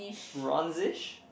bronzish